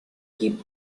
keep